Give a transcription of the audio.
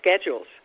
schedules